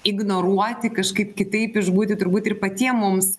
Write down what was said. ignoruoti kažkaip kitaip išbūti turbūt ir patiem mums